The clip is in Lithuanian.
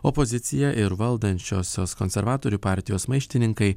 opozicija ir valdančiosios konservatorių partijos maištininkai